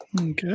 Okay